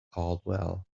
caldwell